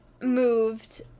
moved